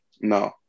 no